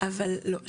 אבל לא,